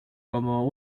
como